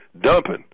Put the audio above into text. dumping